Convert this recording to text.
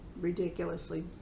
ridiculously